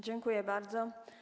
Dziękuję bardzo.